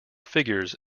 figures